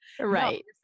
Right